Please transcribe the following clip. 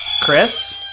Chris